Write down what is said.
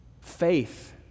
Faith